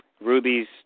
Ruby's